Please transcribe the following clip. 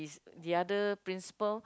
the other principal